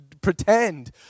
pretend